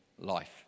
life